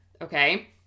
Okay